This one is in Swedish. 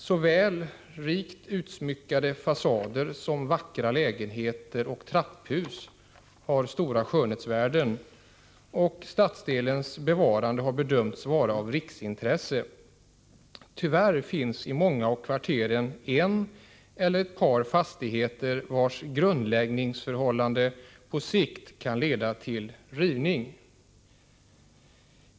Såväl rikt utsmyckade fasader som vackra lägenheter och trapphus har stora skönhetsvärden, och stadsdelens bevarande har bedömts vara av riksintresse. Tyvärr finns i många av kvarteren en eller ett par fastigheter vars grundläggningsförhållanden på sikt kan leda till rivning.